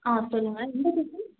ஆ சொல்லுங்க எந்த டிஷ்ஷு